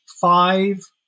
five